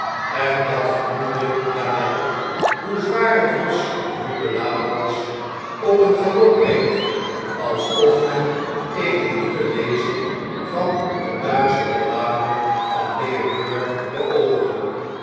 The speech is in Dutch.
en dat genoemde gabelle hoe zwaar het ros nu beladen was op een galop reed alsof men een nieuwe lezing van de duitsche ballade van leonore beoogde